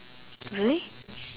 really